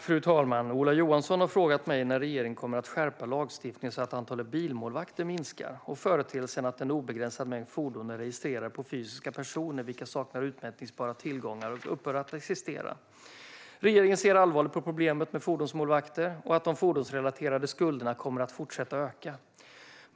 Fru talman! Ola Johansson har frågat mig när regeringen kommer att skärpa lagstiftningen så att antalet bilmålvakter minskar och företeelsen att en obegränsad mängd fordon är registrerade på fysiska personer vilka saknar utmätbara tillgångar upphör att existera. Regeringen ser allvarligt på problemet med fordonsmålvakter och att de fordonsrelaterade skulderna fortsätter att öka.